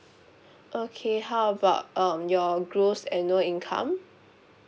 okay how about um your gross annual income